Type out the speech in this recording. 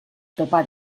topa